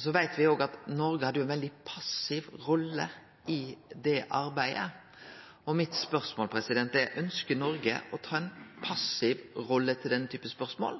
Så veit me òg at Noreg hadde ei veldig passiv rolle i det arbeidet. Mitt spørsmål er: Ønskjer Noreg å ta ei passiv rolle i denne typen spørsmål,